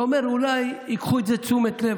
אתה אומר: אולי הם ייקחו את זה לתשומת הלב.